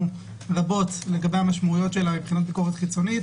רבות לגבי המשמעויות שלה מבחינת ביקורת חיצונית,